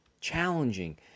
challenging